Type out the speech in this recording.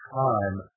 time